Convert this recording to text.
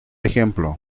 ejemplo